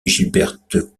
gilberte